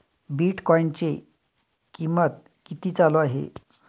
बिटकॉइनचे कीमत किती चालू आहे